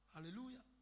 Hallelujah